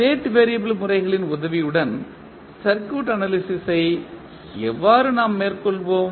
state variable முறைகளின் உதவியுடன் circuit analysis ஐ எவ்வாறு நாம் மேற்கொள்வோம்